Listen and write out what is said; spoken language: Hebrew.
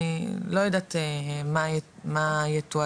אני לא יודעת מה יתועדף,